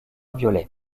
violets